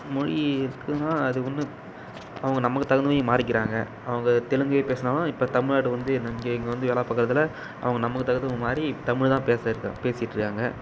மொழி இருக்குனால் அதுவந்து அவங்க நமக்கு தகுந்தமாதிரி மாறிக்கிறாங்க அவங்க தெலுங்கே பேசினாலும் இப்போ தமிழ்நாடு வந்து இங்கே இங்கே வந்து வேலை பார்க்குறதால அவங்க நமக்கு தகுந்தவங்கமாதிரி தமிழ்லதான் பேச இருக்காங்க பேசிகிட்ருக்காங்க